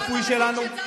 אסור לפגוע באף חייל בצה"ל.